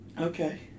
Okay